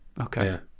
Okay